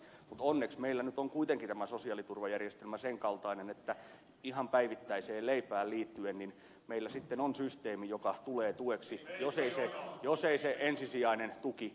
mutta onneksi meillä nyt on kuitenkin tämä sosiaaliturvajärjestelmä sen kaltainen että ihan päivittäiseen leipään liittyen meillä sitten on systeemi joka tulee tueksi jos ei se ensisijainen tuki riitä